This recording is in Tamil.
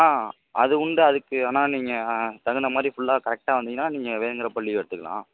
ஆ அது உண்டு அதுக்கு ஆனால் நீங்கள் தகுந்த மாதிரி ஃபுல்லா கரெக்டாக வந்தீங்கன்னா நீங்கள் வேணுங்கப்ப லீவு எடுத்துக்கலாம்